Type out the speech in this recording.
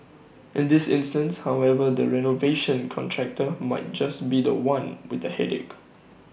in this instance however the renovation contractor might just be The One with the headache